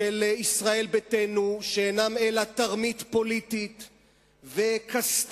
של ישראל ביתנו, שאינם אלא תרמית פוליטית וכסת"ח,